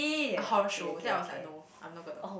a horror show that I was like no I'm not gonna